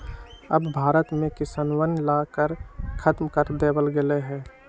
अब भारत में किसनवन ला कर खत्म कर देवल गेले है